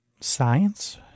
science